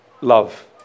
love